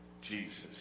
Jesus